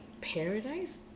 paradise